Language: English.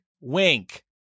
wink